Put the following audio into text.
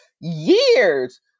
years